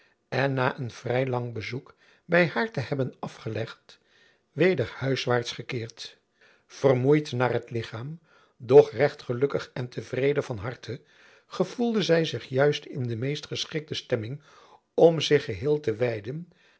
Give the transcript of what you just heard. en na een vrij lang bezoek by haar te hebben afgelegd weder huiswaarts gekeerd vermoeid naar t lichaam doch recht gelukkig en tevrede van harte gevoelde zy zich juist in de meest geschikte stemming om zich geheel te wijden